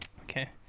Okay